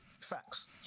facts